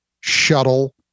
Shuttle